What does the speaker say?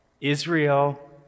Israel